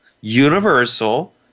universal